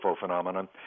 phenomenon